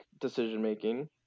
decision-making